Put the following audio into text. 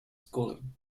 schooling